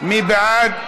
מי בעד?